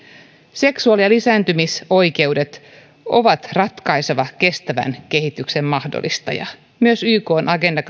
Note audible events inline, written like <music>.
seksuaali ja lisääntymisoikeudet ovat ratkaiseva kestävän kehityksen mahdollistaja myös ykn agenda <unintelligible>